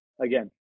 again